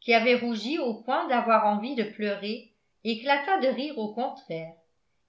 qui avait rougi au point d'avoir envie de pleurer éclata de rire au contraire